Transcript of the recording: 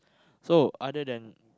so other than